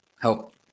help